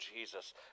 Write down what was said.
Jesus